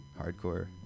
hardcore